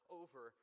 over